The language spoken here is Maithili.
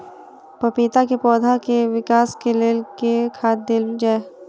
पपीता केँ पौधा केँ विकास केँ लेल केँ खाद देल जाए?